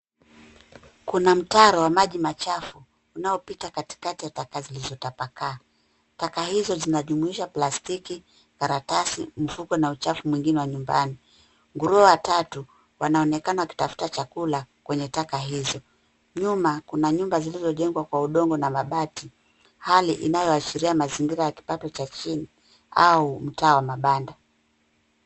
Kuna mtaro wa maji machafu unaopita katikati ya taka zilizotapakaa. Taka hizo zinajumuisha plastiki, karatasi, mifuko na chafu mwingine wa nyumbani. Nguruwe watatu wanaonekana wakitafuta chakula kwenye taka hizo .Nyuma kuna nyumba zilizojengwa kwa udongo na mabati hali inayoashiria mazingira ya kipato cha chini au mtaa wa mabanda.